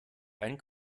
einen